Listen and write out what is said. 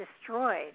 destroyed